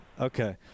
Okay